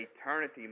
eternity